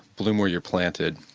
bloom where you're planted,